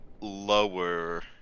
lower